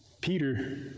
Peter